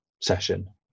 session